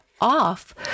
off